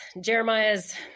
Jeremiah's